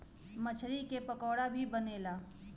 मछरी के पकोड़ा भी बनेला